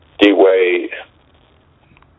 D-Wade